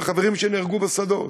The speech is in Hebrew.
וחברים שנהרגו בשדות.